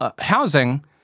housing